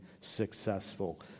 successful